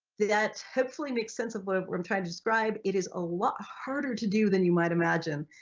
that hopefully makes sense of what i'm trying to describe, it is a lot harder to do than you might imagine,